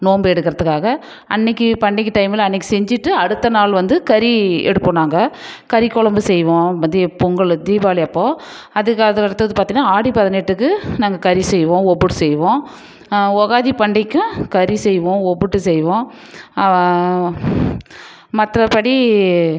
நோம்பு எடுக்கிறத்துக்காக அன்னைக்கு பண்டிகை டைமில் அன்னைக்கி செஞ்சுட்டு அடுத்த நாள் வந்து கறி எடுப்போம் நாங்கள் கறி குழம்பு செய்வோம் மதியம் பொங்கலு தீபாவளி அப்போ அதுக்கு அது அடுத்தது பார்த்தீங்கன்னா ஆடி பதினெட்டுக்கு நாங்கள் கறி செய்வோம் ஒப்பிட்டு செய்வோம் ஒகாதி பண்டிகைக்கும் கறி செய்வோம் ஒப்பிட்டு செய்வோம் மற்றபடி